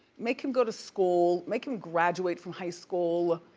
make him go to school, make him graduate from high school.